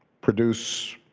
produce